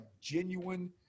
genuine